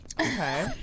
Okay